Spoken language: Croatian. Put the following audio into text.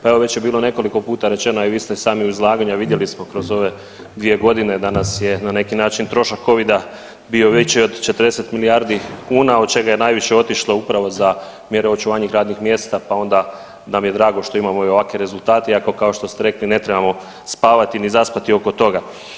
Pa evo već je bilo nekoliko puta rečeno, a i vi ste i sami u izlaganju, a vidjeli smo kroz ove dvije godine da nas je na neki način trošak covida bio veći od 40 milijardi kuna od čega je najviše otišlo upravo za mjere i očuvanje radnih mjesta, pa onda nam je drago što imamo i ovakve rezultate, iako kao što ste rekli ne trebamo spavati ni zaspati oko toga.